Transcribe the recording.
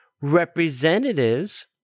representatives